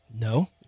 No